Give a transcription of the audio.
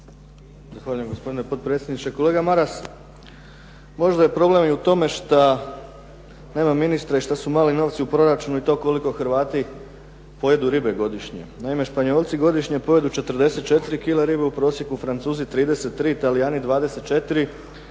Zahvaljujem gospodine potpredsjedniče. Kolega Maras možda je problem i u tome što nema ministra i što su mali novci u proračunu i to koliko Hrvati pojedu ribe godišnje. Naime, Španjolci godišnje pojedu 44 kg ribe u prosjeku, Francuzi 33, Talijani 24,